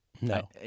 No